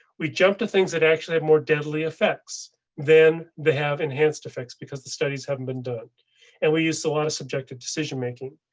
we jump to things that actually have more deadly effects then they have enhanced effects because the studies haven't been done and we use a lot of subjective decision making.